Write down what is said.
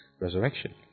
resurrection